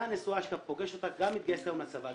הנשואה שאתה פוגש אותה גם מתגייסת היום לצבא,